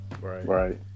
Right